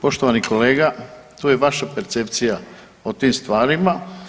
Poštovani kolega to je vaša percepcija o tim stvarima.